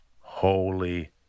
Holy